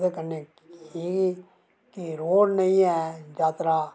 ओह्दै कन्नै की के रोड़ नेईं ऐ जात्तरा